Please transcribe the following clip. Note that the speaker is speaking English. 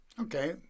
Okay